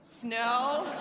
Snow